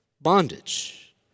bondage